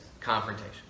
Confrontation